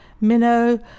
Minnow